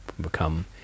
become